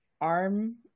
arm